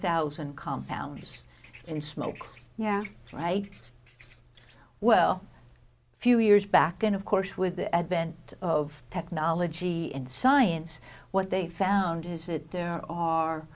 thousand compounds in smoke yeah right well a few years back and of course with the advent of technology and science what they found is that there are